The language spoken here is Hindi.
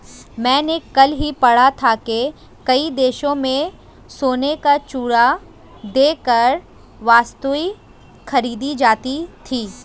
मैंने कल ही पढ़ा था कि कई देशों में सोने का चूरा देकर वस्तुएं खरीदी जाती थी